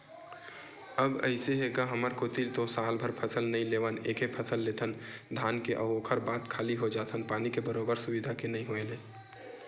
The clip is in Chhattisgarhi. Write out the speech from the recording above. अब अइसे हे गा हमर कोती तो सालभर फसल नइ लेवन एके फसल लेथन धान के ओखर बाद खाली हो जाथन पानी के बरोबर सुबिधा के नइ होय ले